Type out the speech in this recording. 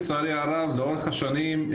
לצערי הרב לאורך השנים,